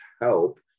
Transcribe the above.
help